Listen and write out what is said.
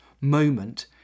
moment